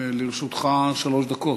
בבקשה, לרשותך שלוש דקות.